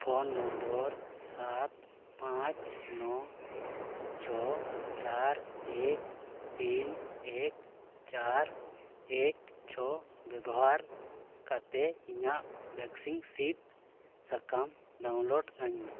phone number ᱥᱟᱛ ᱯᱟᱸᱪ ᱱᱚ ᱪᱷᱚ ᱪᱟᱨ ᱮᱹᱠ ᱛᱤᱱ ᱮᱹᱠ ᱪᱟᱨ ᱮᱹᱠ ᱪᱷᱚ ᱵᱮᱵᱚᱦᱟᱨ ᱠᱟᱛᱮᱫ ᱤᱧᱟᱹᱜ ᱵᱷᱮᱠᱥᱤᱱ ᱥᱤᱫ ᱥᱟᱠᱟᱢ ᱰᱟᱣᱩᱱᱞᱚᱰ ᱟᱹᱧ ᱢᱮ